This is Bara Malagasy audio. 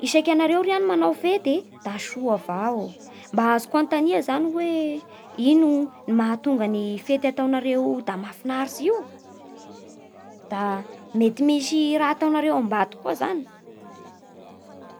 Isaky nareo ty agno manao fety da soa avao, mba zoko anontania zany hoe ino mahatonga ny fety ataonareo da mahafinaritsy io? Da mety misy raha ataonaro ambadiky koa zany?